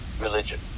religion